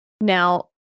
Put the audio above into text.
Now